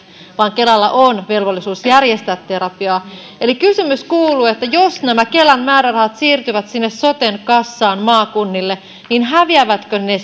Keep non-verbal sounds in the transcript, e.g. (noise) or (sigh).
vaan kelalla on velvollisuus järjestää terapiaa eli kysymys kuuluu jos nämä kelan määrärahat siirtyvät sinne soten kassaan maakunnille niin häviävätkö ne ne (unintelligible)